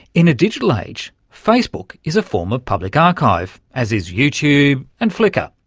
in a digital age, facebook is a form of public archive, as is youtube and flickr.